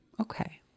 okay